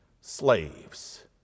slaves